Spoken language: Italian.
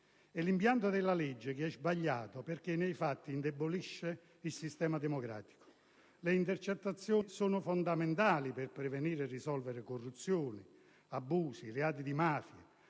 È l'impianto della legge che è sbagliato perché, nei fatti, indebolisce il sistema democratico. Le intercettazioni sono fondamentali per prevenire o risolvere corruzione, abusi, reati di mafia,